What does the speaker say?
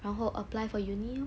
然后 apply for uni lor